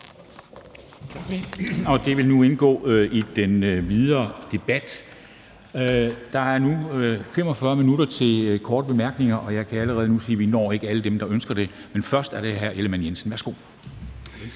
Det vil nu indgå i den videre debat. Der er nu 45 minutter til korte bemærkninger, og jeg kan allerede sige, at vi ikke når alle dem, der ønsker at få en. Men først er det hr. Jakob Ellemann-Jensen. Værsgo.